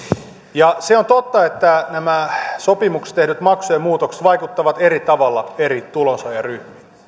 annettu se on totta että nämä sopimuksessa tehdyt maksujen muutokset vaikuttavat eri tavalla eri tulonsaajaryhmiin